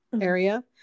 area